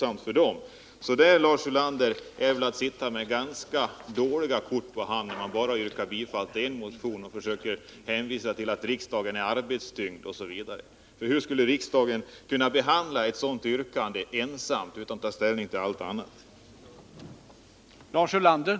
Att yrka bifall till att man skall undanta bara en motion och att hänvisa till att riksdagen är arbetstyngd osv. är väl att sitta med ganska dåliga kort på hand, Lars Ulander. Hur skulle riksdagen kunna behandla det som yrkats i den motionen utan att ta ställning till alla de andra förslag som framförts?